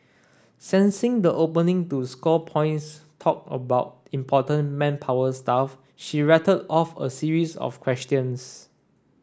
sensing the opening to score points talk about important manpower stuff she rattled off a series of questions